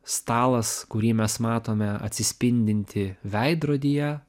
stalas kurį mes matome atsispindintį veidrodyje